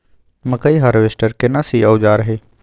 मकई हारवेस्टर केना सी औजार हय?